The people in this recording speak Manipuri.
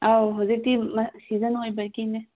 ꯑꯥꯎ ꯍꯧꯖꯤꯛꯇꯤ ꯃꯥ ꯁꯤꯖꯟ ꯑꯣꯏꯕꯒꯤꯅꯦ